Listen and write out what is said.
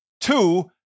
Two